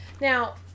Now